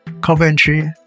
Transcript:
Coventry